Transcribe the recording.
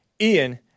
Ian